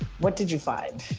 what did you find?